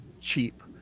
cheap